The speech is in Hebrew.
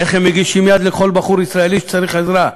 איך הם מגישים יד לכל בחור ישראלי שצריך עזרה,